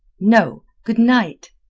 no. good night.